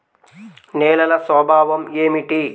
నేలల స్వభావం ఏమిటీ?